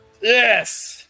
Yes